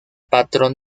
patrón